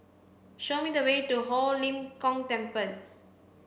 show me the way to Ho Lim Kong Temple